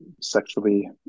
sexually